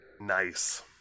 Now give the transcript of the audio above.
Nice